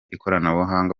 ikoranabuhanga